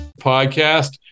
Podcast